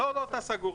לא, לא תא סגור.